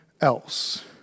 else